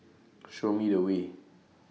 Show Me The Way